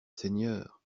seigneur